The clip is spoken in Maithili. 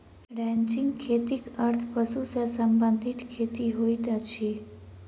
रैंचिंग खेतीक अर्थ पशु सॅ संबंधित खेती होइत अछि